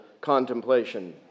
Contemplation